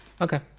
Okay